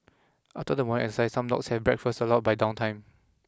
after the one exercise some dogs have breakfast allowed by downtime